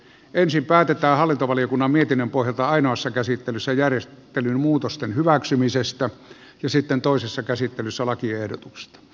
ensin päätetään hallintovaliokunnan mietinnön pohjalta ainoassa käsittelyssä järjestelyn muutosten hyväksymisestä ja sitten toisessa käsittelyssä lakiehdotuksesta